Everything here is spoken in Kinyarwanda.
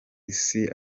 isi